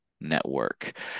Network